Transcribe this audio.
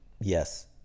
Yes